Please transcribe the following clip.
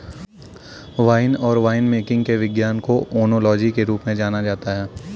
wine और winemaking के विज्ञान को ओनोलॉजी के रूप में जाना जाता है